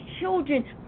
children